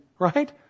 right